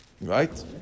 Right